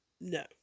no